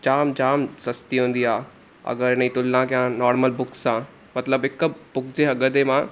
जामु जामु सस्ती हूंदी आहे अगरि हिनजी तुलना कयां नॉर्मल बुक सां मतिलबु हिकु बुक जे अघ ते मां